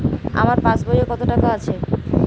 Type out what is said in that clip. আমার পাসবই এ কত টাকা আছে?